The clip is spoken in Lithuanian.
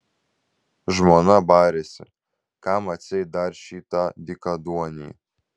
žmona barėsi kam atseit dar šitą dykaduonį